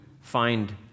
find